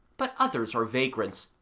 but others are vagrants,